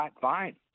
Fine